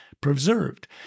preserved